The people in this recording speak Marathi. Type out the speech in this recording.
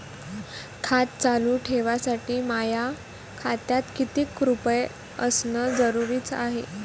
खातं चालू ठेवासाठी माया खात्यात कितीक रुपये असनं जरुरीच हाय?